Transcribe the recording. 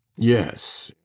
yes,